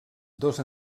dos